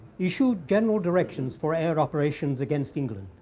issued general directions for air operations against england.